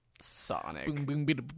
Sonic